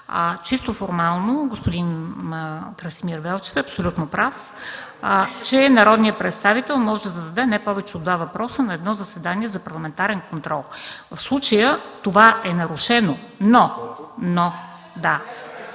Чисто формално господин Красимир Велчев е абсолютно прав, че народният представител може да зададе не повече от два въпроса на едно заседание за парламентарен контрол. В случая това е нарушено